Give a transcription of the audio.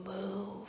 move